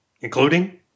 including